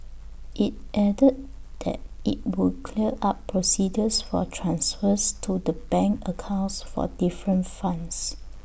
IT added that IT would clear up procedures for transfers to the bank accounts for different funds